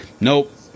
nope